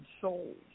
souls